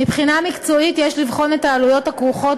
מבחינה מקצועית יש לבחון את העלויות הכרוכות